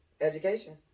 education